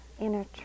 inner